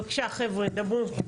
בבקשה, חבר'ה, דברו.